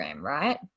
right